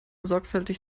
sorgfältig